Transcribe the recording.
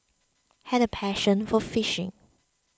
had a passion for fishing